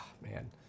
man